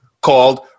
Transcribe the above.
called